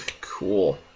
Cool